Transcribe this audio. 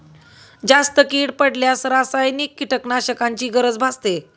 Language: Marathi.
जास्त कीड पडल्यास रासायनिक कीटकनाशकांची गरज भासते